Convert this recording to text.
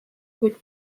kuid